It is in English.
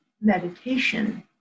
meditation